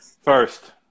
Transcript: first